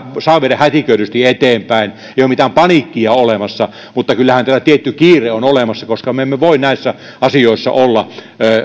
saa viedä hätiköidysti eteenpäin ei ole mitään paniikkia olemassa mutta kyllähän tällä tietty kiire on olemassa koska me emme voi näissä asioissa olla